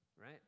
right